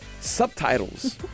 Subtitles